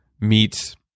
meets